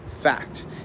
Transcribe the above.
Fact